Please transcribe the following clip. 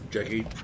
Jackie